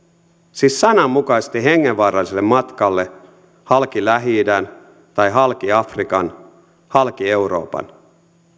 siis sananmukaisesti hengenvaaralliselle matkalle halki lähi idän tai halki afrikan halki euroopan